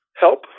help